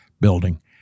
building